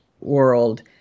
world